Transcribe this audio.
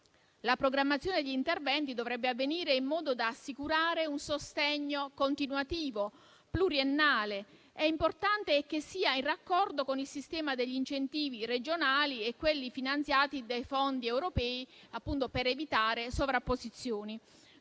La programmazione di interventi dovrebbe avvenire in modo da assicurare un sostegno continuativo e pluriennale. È importante che sia in raccordo con il sistema degli incentivi regionali e quelli finanziati dai fondi europei, appunto per evitare sovrapposizioni.